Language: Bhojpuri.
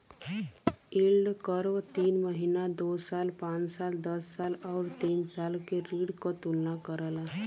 यील्ड कर्व तीन महीना, दो साल, पांच साल, दस साल आउर तीस साल के ऋण क तुलना करला